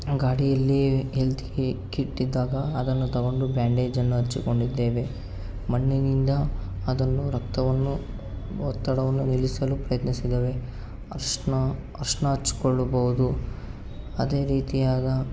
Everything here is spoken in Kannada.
ಗಾಡಿಯಲ್ಲಿ ಹೆಲ್ತ್ ಕಿ ಕಿಟ್ ಇದ್ದಾಗ ಅದನ್ನು ತೊಗೊಂಡು ಬ್ಯಾಂಡೇಜನ್ನು ಹಚ್ಚಿಕೊಂಡಿದ್ದೇವೆ ಮಣ್ಣಿನಿಂದ ಅದನ್ನು ರಕ್ತವನ್ನು ಒತ್ತಡವನ್ನು ನಿಲ್ಲಿಸಲು ಪ್ರಯತ್ನಿಸಿದ್ದೇವೆ ಅರಿಶಿನ ಅರಿಶಿನ ಹಚ್ಕೊಳ್ಬೋದು ಅದೇ ರೀತಿ ಆಗ